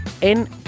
en